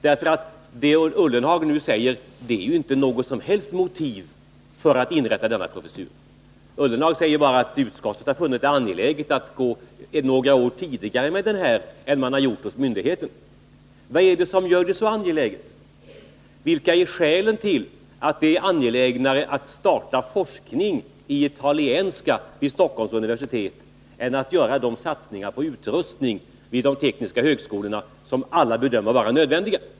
Det Jörgen Ullenhag nu säger är ju inte något som helst motiv för att inrätta denna professur. Han säger bara att utskottet funnit det angeläget att inrätta denna professur några år tidigare än vad myndigheten velat. Men vad är det som gör det så angeläget? Vilka är skälen till att det är angelägnare att stödja forskning i italienska vid Stockholms universitet än att göra de satsningar på utrustning vid de tekniska högskolorna som alla bedömer vara nödvändiga?